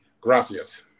gracias